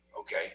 okay